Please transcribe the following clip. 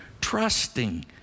trusting